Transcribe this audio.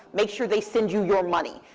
make sure they send you your money.